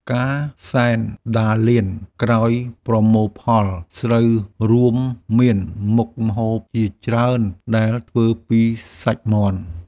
ការសែនដារលានក្រោយប្រមូលផលស្រូវ រួមមានមុខម្ហូបជាច្រើនដែលធ្វើពីសាច់មាន់។